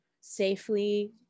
safely